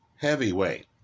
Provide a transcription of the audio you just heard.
heavyweight